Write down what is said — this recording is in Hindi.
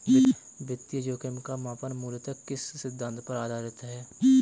वित्तीय जोखिम का मापन मूलतः किस सिद्धांत पर आधारित है?